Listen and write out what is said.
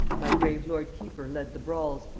my grave lord keeper led the brawls,